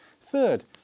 Third